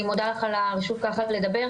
אני מודה לך על הרשות הזאת לדבר.